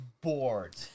bored